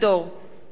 משולם נהרי,